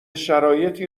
شرایطی